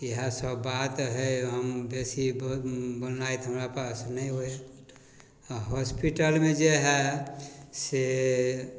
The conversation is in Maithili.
इएहसब बात हइ हम बेसी बौ बौनाइत हमरा पास से नहि होइ आओर हॉस्पिटलमे जे हइ से